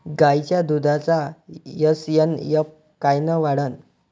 गायीच्या दुधाचा एस.एन.एफ कायनं वाढन?